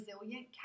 resilient